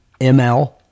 ML